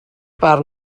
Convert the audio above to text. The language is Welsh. barn